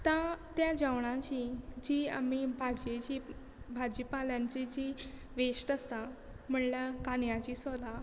आतां त्या जेवणाची जी आमी भाजयेची भाजी पाल्यांची जी वेस्ट आसता म्हणल्यार कांद्याचीं सोलां